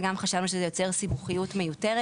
וגם חשבנו שזה יוצר סיבוכיות מיותרת.